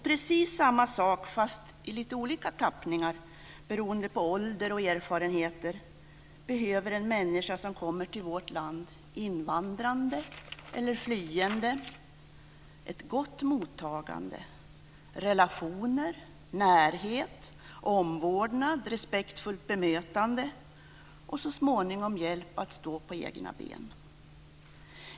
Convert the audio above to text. Precis på samma sätt - fast i lite olika tappningar beroende på ålder och erfarenheter - behöver en människa som invandrande eller flyende kommer till vårt land ett gott mottagande, relationer, närhet, omvårdnad, respektfullt bemötande och så småningom hjälp att stå på egna ben.